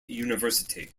university